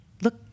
look